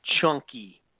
chunky